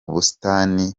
busitani